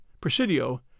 Presidio